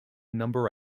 number